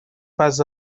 pas